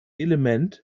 element